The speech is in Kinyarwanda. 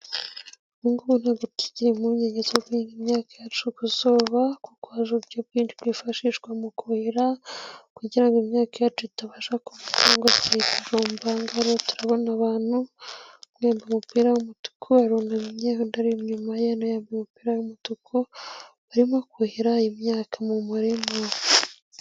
Ubungubu ntabwo tukigira impungenge zo guhinga imyaka yacu ku zuba kuko hari uburyo bwinshi bwifashishwa mu kuhira, kugira ngo imyaka yacu itabasha kuma cyangwa ikarumba. ahangaha turabona abantu umwe yambaye umupira w'umutuku arunamye, undi ari inyuma ye yambaye umupira y'umutuku barimo kuhira imyaka mu murima.